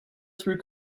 through